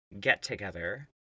get-together